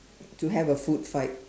to have a food fight